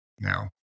Now